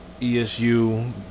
ESU